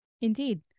Indeed